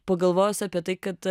pagalvojus apie tai kad